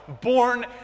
born